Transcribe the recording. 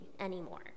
anymore